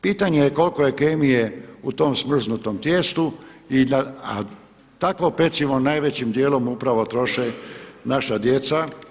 Pitanje je koliko je kemije u tom smrznutom tijestu a takvo pecivo najvećim djelom upravo troše naša djeca.